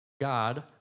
God